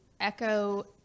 echo